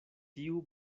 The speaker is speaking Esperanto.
tiu